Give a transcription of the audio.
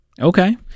Okay